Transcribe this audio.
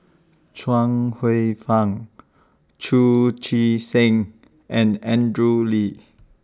Chuang Hsueh Fang Chu Chee Seng and Andrew Lee